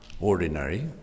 ordinary